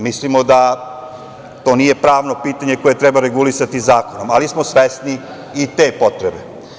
Mislimo da to nije pravno pitanje koje treba regulisati zakonom, ali smo svesni i te potrebe.